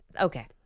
okay